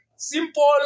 Simple